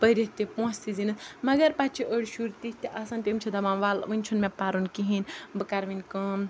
پٔرِتھ تہِ پونٛسہٕ تہِ زیٖنِتھ مگر پَتہٕ چھِ أڑۍ شُرۍ تِتھۍ تہِ آسان تِم چھِ دَپان وَلہٕ وٕنہِ چھُنہٕ مےٚ پَرُن کِہیٖنۍ بہٕ کَرٕ وۄنۍ کٲم